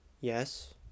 Yes